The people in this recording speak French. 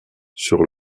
sur